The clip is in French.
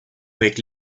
avec